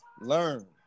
learn